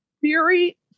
Theory